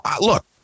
look